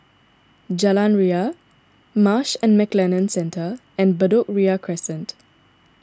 Jalan Ria Marsh and McLennan Centre and Bedok Ria Crescent